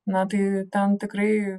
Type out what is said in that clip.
na tai ten tikrai